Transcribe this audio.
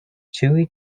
chevy